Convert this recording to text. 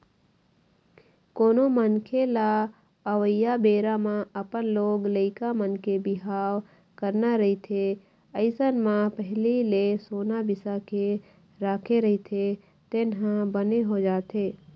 कोनो मनखे लअवइया बेरा म अपन लोग लइका मन के बिहाव करना रहिथे अइसन म पहिली ले सोना बिसा के राखे रहिथे तेन ह बने हो जाथे